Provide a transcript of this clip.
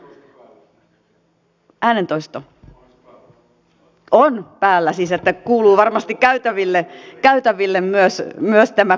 äänentoisto on päällä siis että kuuluu varmasti käytäville myös tämä kutsu